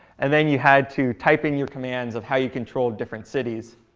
and then you had to type in your commands of how you controlled different cities.